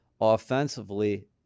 offensively